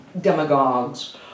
demagogues